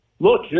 look